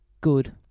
good